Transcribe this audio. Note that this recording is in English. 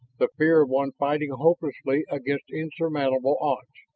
the fear of one fighting hopelessly against insurmountable odds.